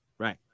Right